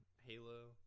Halo